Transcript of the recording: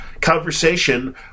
conversation